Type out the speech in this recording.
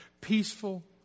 peaceful